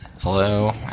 Hello